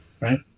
right